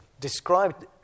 described